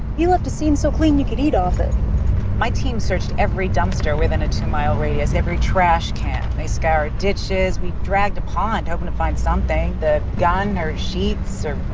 you left a scene so clean you could eat off it my team searched every dumpster within a two mile radius every trash can. they scoured ditches. we dragged a pond hoping to find something the gun or sheets or.